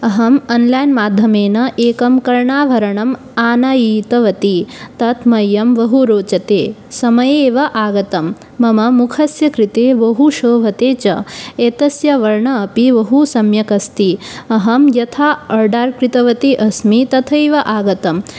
अहम् अन्लान् माध्यमेन एकं कर्णाभरणम् आनीतवती तत् मह्यं बहु रोचते समये एव आगतं मम मुखस्य कृते बहु शोभते च एतस्य वर्णम् अपि बहु सम्यक् अस्ति अहं यथा आर्डर् कृतवती अस्मि तथैव आगतम्